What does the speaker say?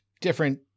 different